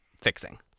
fixing